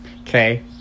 Okay